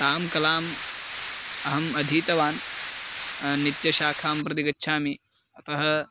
तां कलाम् अहम् अधीतवान् नित्यशाखां प्रति गच्छामि अतः